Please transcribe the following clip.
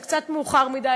זה קצת מאוחר מדי,